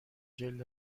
جلد